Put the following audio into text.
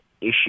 issue